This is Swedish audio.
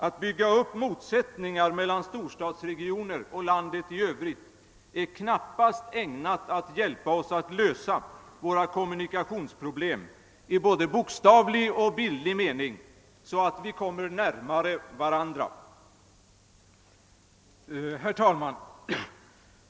Att bygga upp motsättningar mellan storstadsregioner och landet i Övrigt är knappast ägnat att hjälpa oss att lösa våra kommunikationsproblem i både bokstavlig och bildlig mening, så att vi kommer närmare varandra. Herr talman!